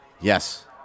Yes